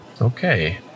Okay